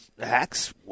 Hacks